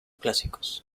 clásicos